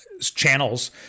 channels